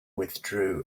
withdrew